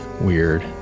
weird